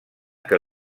que